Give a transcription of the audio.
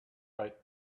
right